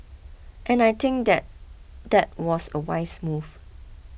and I think that that was a wise move